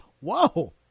Whoa